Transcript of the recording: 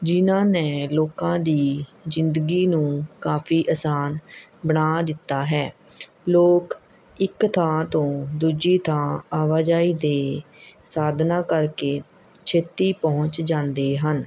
ਜਿਨ੍ਹਾਂ ਨੇ ਲੋਕਾਂ ਦੀ ਜ਼ਿੰਦਗੀ ਨੂੰ ਕਾਫੀ ਆਸਾਨ ਬਣਾ ਦਿੱਤਾ ਹੈ ਲੋਕ ਇੱਕ ਥਾਂ ਤੋਂ ਦੂਜੀ ਥਾਂ ਆਵਾਜਾਈ ਦੇ ਸਾਧਨਾ ਕਰਕੇ ਛੇਤੀ ਪਹੁੰਚ ਜਾਂਦੇ ਹਨ